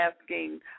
asking